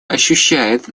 ощущает